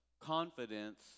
confidence